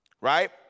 right